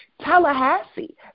Tallahassee